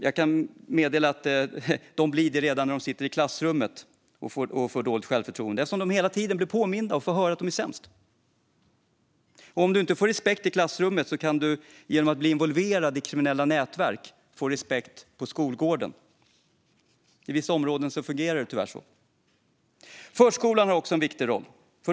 Jag kan meddela att de blir exkluderade och får dåligt självförtroende redan när de sitter i klassrummet eftersom de hela tiden blir påminda om och får höra att de är sämst. Och om du inte får respekt i klassrummet kan du genom att bli involverad i kriminella nätverk få respekt på skolgården. I vissa områden fungerar det tyvärr så. Förskolan har också en viktig roll.